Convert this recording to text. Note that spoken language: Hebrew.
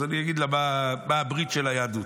אז אני אגיד לה מה הברית של היהדות: